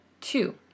Two